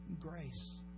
grace